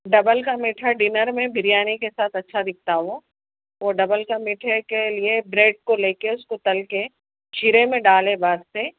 double کا میٹھا dinner میں بریانی کے ساتھ اچھا دکھتا وہ وہ ڈبل کے میٹھے کے یہ بریڈ کو لے کے اس کو تل کے شیرے میں ڈالے واسطے